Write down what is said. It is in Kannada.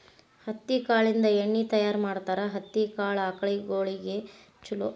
ಹತ್ತಿ ಕಾಳಿಂದ ಎಣ್ಣಿ ತಯಾರ ಮಾಡ್ತಾರ ಹತ್ತಿ ಕಾಳ ಆಕಳಗೊಳಿಗೆ ಚುಲೊ